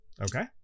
okay